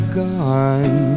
gone